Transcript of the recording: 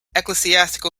ecclesiastical